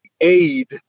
aid